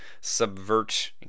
subvert